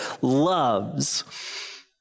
loves